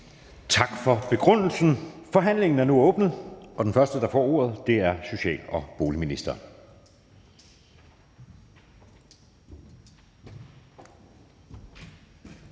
Tak for begrundelsen. Forhandlingen er nu åbnet, og den første, der får ordet, er social- og boligministeren.